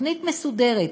תוכנית מסודרת,